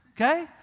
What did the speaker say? Okay